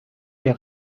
les